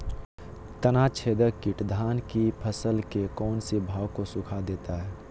तनाछदेक किट धान की फसल के कौन सी भाग को सुखा देता है?